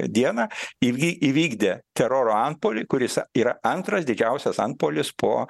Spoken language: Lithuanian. dieną įvy įvykdė teroro antpuolį kuris yra antras didžiausias antpuolis po